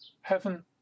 heaven